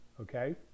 Okay